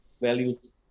values